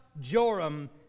Joram